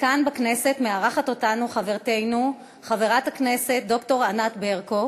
וכאן בכנסת מארחת אותם חברתנו חברת הכנסת ד"ר ענת ברקו.